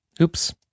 oops